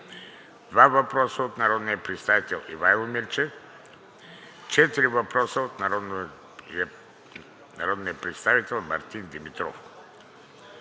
два въпроса от народния представител Ивайло Мирчев; на четири въпроса от народния представител Мартин Димитров;